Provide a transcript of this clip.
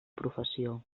professió